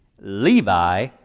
Levi